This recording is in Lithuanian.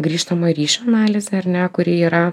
grįžtamojo ryšio analizė ar ne kuri yra